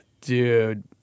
Dude